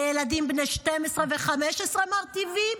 וילדים בני 12 ו-15 מרטיבים?